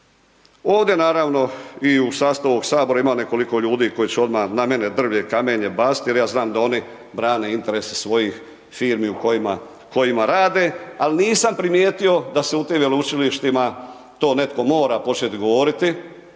Ovdje naravno i u sastavu ovog Sabora ima nekoliko ljudi koji će odmah na mene drvlje i kamenje baciti jer ja znam da oni brane interese svojih firmi u kojima rade ali nisam primijetio da se u tim veleučilišta to netko mora početi govoriti,